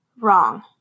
wrong